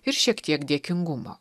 ir šiek tiek dėkingumo